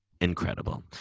incredible